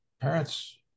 parents